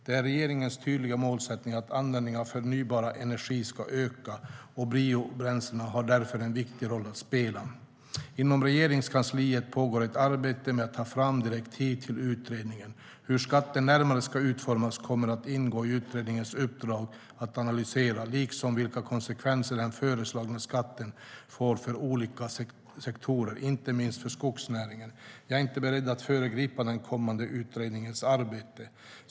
Det är regeringens tydliga målsättning att användningen av förnybar energi ska öka. Biobränslena har därför en viktig roll att spela. Inom Regeringskansliet pågår ett arbete med att ta fram direktiv till utredningen. Det kommer att ingå i utredningens uppdrag att analysera hur skatten närmare ska utformas liksom vilka konsekvenser den föreslagna skatten får för olika sektorer, inte minst för skogsnäringen. Jag är inte beredd att föregripa den kommande utredningens arbete.